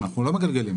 אנחנו לא מגלגלים.